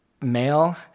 male